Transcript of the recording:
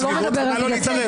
הוא לא מדבר על מידתיות.